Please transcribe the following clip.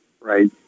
right